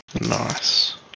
Nice